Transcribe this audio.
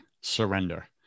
surrender